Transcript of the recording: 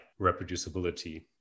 reproducibility